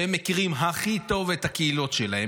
שהם מכירים הכי טוב את הקהילות שלהם.